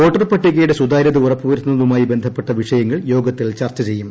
voter പട്ടികയുടെ സുതാര്യത ഉറപ്പുവരുത്തുന്നതുമായി ബന്ധപ്പെട്ട വിഷയങ്ങൾ യോഗത്തിൽ ചർച്ച ചെയ്യും